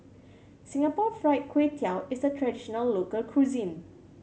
Singapore Fried Kway Tiao is a traditional local cuisine